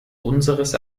unseres